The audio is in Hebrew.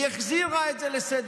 והיא החזירה את זה לסדר-היום,